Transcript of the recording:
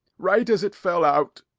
right as it fell out.